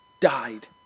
died